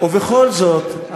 ובכל זאת,